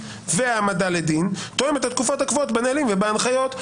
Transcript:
והעמדה לדין תואם את התקופות הקבועות בנהלים ובהנחיות.